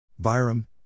Byram